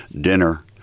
dinner